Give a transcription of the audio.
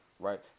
Right